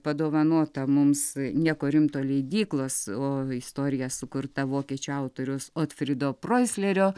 padovanota mums nieko rimto leidyklos o istorija sukurta vokiečių autorius otfrido proislerio